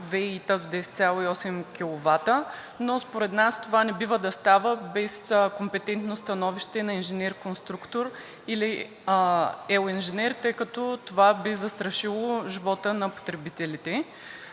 ВЕИ-та 10,8 киловата, но според нас това не бива да става без компетентно становище на инженер-конструктор или ел. инженер, тъй като това би застрашило живота на потребителите.